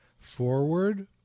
forward